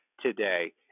today